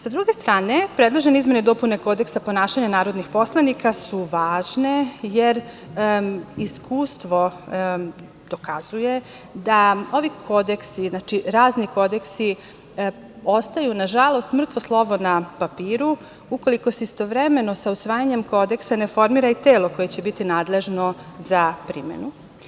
Sa druge strane, predložene izmene i dopune Kodeksa ponašanja narodnih poslanika su važne, jer iskustvo dokazuje da ovi kodeksi, znači, razni kodeksi ostaju, nažalost, mrtvo slovo na papiru, ukoliko se istovremeno, sa usvajanjem kodeksa ne formira i telo koje će biti nadležno za primenu.